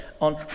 on